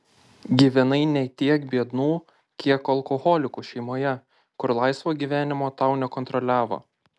gyvenai ne tiek biednų kiek alkoholikų šeimoje kur laisvo gyvenimo tau nekontroliavo